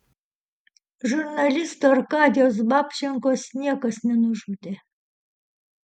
žurnalisto arkadijaus babčenkos niekas nenužudė